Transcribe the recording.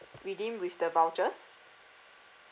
redeem with the vouchers